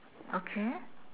okay